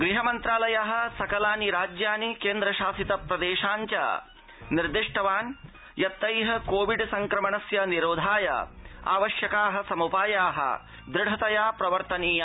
गृह मन्त्रालय सकलानि राज्यानि केन्द्र शासित प्रदेशान् च निर्दिष्टवान् यत् तै कोविड संक्रमणस्य निरोधाय आवश्यका उपाया दृढतया प्रवर्तनीया